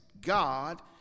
God